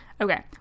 Okay